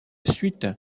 suite